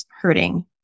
hurting